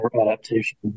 adaptation